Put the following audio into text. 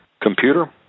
Computer